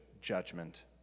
judgment